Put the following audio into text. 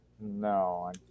No